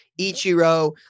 Ichiro